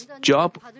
Job